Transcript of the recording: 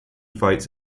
fights